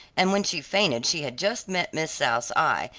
and when she fainted she had just met miss south's eye,